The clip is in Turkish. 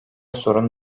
sorun